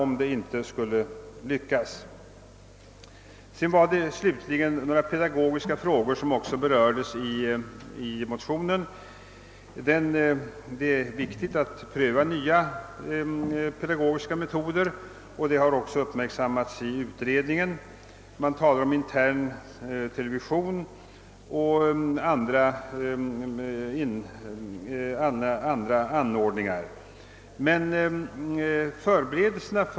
Motionen tar också upp några pedagogiska frågor. Det är viktigt att pröva nya pedagogiska metoder, en sak som också har uppmärksammats av utredningen. Den talar om intern television och andra hjälpmedel.